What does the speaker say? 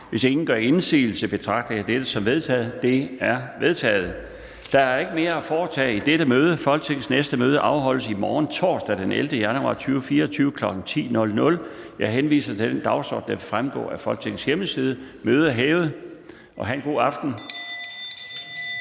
--- Kl. 17:44 Meddelelser fra formanden Den fg. formand (Bjarne Laustsen): Der er ikke mere at foretage i dette møde. Folketingets næste møde afholdes i morgen, torsdag den 11. januar 2024, kl. 10.00. Jeg henviser til den dagsorden, der vil fremgå af Folketingets hjemmeside. Mødet er hævet. (Kl. 17:44).